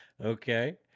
okay